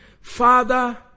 Father